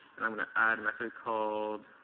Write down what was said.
and i'm going to add method called